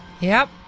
yep.